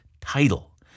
title